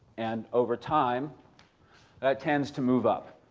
and over time that tends to move up.